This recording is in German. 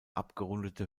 abgerundete